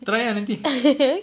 try uh nanti